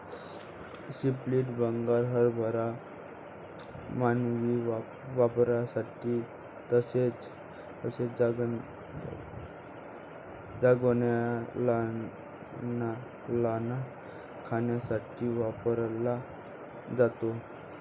split Bengal हरभरा मानवी वापरासाठी तसेच जनावरांना खाण्यासाठी वापरला जातो